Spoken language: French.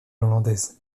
hollandaise